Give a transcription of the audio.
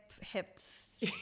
hips